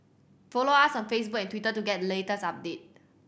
follow us on Facebook and Twitter to get latest update